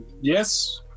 yes